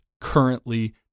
currently